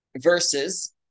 verses